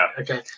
Okay